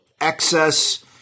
excess